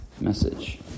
message